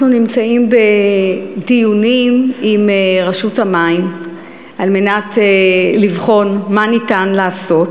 אנחנו נמצאים בדיונים עם רשות המים על מנת לבחון מה ניתן לעשות.